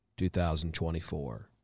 2024